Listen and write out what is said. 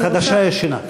חדשה-ישנה.